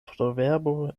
proverbo